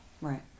Right